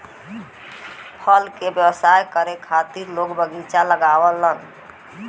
फल के व्यवसाय करे खातिर लोग बगीचा लगावलन